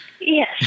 Yes